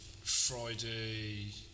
Friday